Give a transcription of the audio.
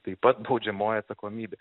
taip pat baudžiamoji atsakomybė